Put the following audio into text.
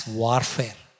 warfare